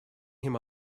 him